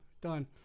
done